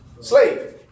Slave